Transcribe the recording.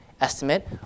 estimate